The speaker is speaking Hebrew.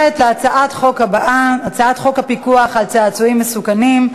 26 בעד, נמנע אחד.